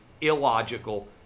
illogical